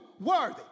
worthy